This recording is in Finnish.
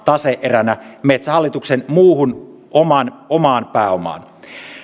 tase eränä metsähallituksen muuhun omaan pääomaan